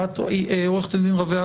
עו"ד רווה,